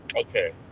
Okay